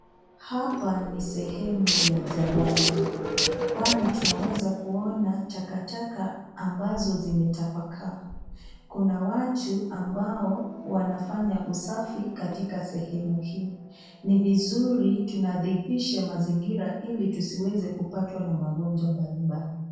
Hapa ni sehemu ya jalala, kwani tunaweza kuona takataka ambazo zimetapakaa, kuna watu ambao wanafanya usafi katika sehemu hii, ni vizuri tunadhifishe mazingira ili tusiweze kupatwa na magonjwa mbalimbali.